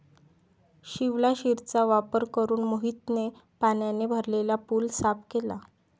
शिवलाशिरचा वापर करून मोहितने पाण्याने भरलेला पूल साफ केला